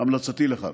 זו המלצתי לך.